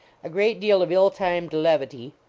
a great deal of ill timed levity,